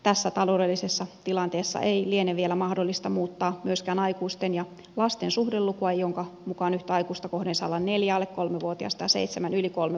tässä taloudellisessa tilanteessa ei liene vielä mahdollista muuttaa myöskään aikuisten ja lasten suhdelukua jonka mukaan yhtä aikuista kohden saa olla neljä alle kolmevuotiasta ja seitsemän yli kolmevuotiasta